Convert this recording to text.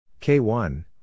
K1